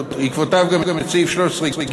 ובעקבותיו גם את סעיף 13ג(ג),